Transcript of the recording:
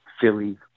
philly